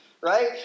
right